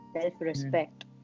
self-respect